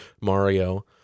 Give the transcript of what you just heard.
Mario